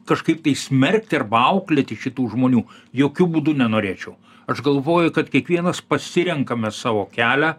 kažkaip tai smerkti arba auklėti šitų žmonių jokiu būdu nenorėčiau aš galvoju kad kiekvienas pasirenkame savo kelią